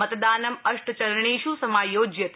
मतदानं अष्टचरणेष् समायोज्यते